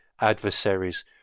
adversaries